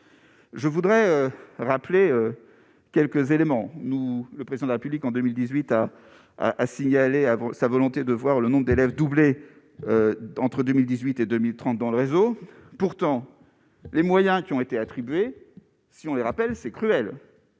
je voudrais rappeler quelques éléments nous le président de la République en 2018 à à à signaler avant sa volonté de voir le nombre d'élèves doublé entre 2018 et 2030 dans le réseau, pourtant les moyens qui ont été attribués, si on le rappelle, c'est cruel